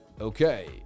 Okay